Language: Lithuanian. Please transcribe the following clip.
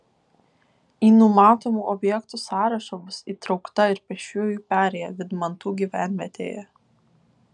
į numatomų objektų sąrašą bus įtraukta ir pėsčiųjų perėja vydmantų gyvenvietėje